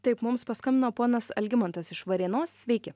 taip mums paskambino ponas algimantas iš varėnos sveiki